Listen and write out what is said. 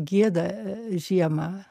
gieda žiemą